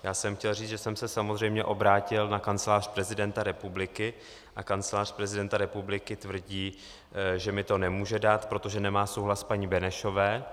Chtěl jsem říct, že jsem se samozřejmě obrátil na Kancelář prezidenta republiky a Kancelář prezidenta tvrdí, že mi to nemůže dát, protože nemá souhlas paní Benešové.